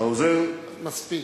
העוזר, מספיק.